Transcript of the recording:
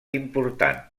important